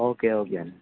okay okay అండి